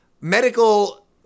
medical